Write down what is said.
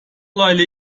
olayla